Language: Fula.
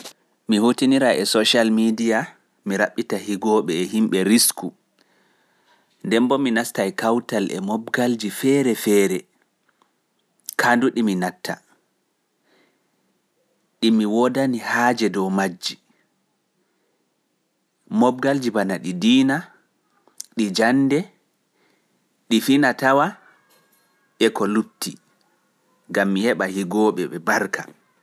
Mi hutinirae e social media mi rabbita higobe e himbe risku, nden bo mi nastai kautale mobgalji feere feere kandudi mi natta. Mobgalji bana di jannde, di diina di fina tawa gam mi heba higobe dudbe.